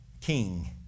King